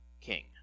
king